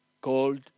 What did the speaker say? called